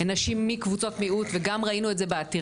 הן נשים מקבוצות מיעוט,